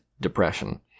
depression